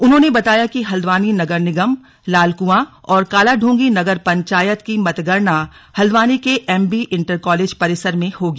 उन्होंने बताया कि हल्द्वानी नगर निगम लालकुआं और कालादूंगी नगर पंचायत की मतगणना हल्द्वानी के एमबी इंटर कॉलेज परिसर में होगी